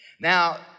Now